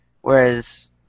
Whereas